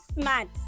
smart